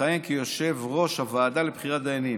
לכהן כיושב-ראש הוועדה לבחירת דיינים.